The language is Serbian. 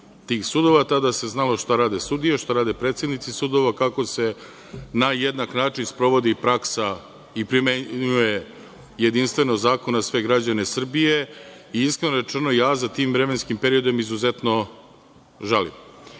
tih sudova. Tada se znalo šta rade sudije, šta rade predsednici sudova, kako se na jednak način sprovodi praksa i primenjuje jedinstveno zakon na sve građane Srbije i, iskreno rečeno, ja za tim vremenskim periodom izuzetno žalim. Tako